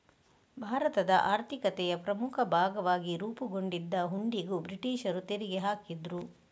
ಭಾರತದ ಆರ್ಥಿಕತೆಯ ಪ್ರಮುಖ ಭಾಗವಾಗಿ ರೂಪುಗೊಂಡಿದ್ದ ಹುಂಡಿಗೂ ಬ್ರಿಟೀಷರು ತೆರಿಗೆ ಹಾಕಿದ್ರು